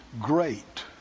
great